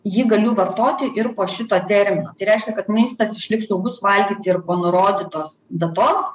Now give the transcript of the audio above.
jį galiu vartoti ir po šito termino tai reiškia kad maistas išliks saugus valgyti ir po nurodytos datos